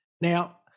Now